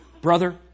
brother